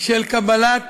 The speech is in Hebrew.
של קבלת